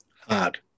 Hard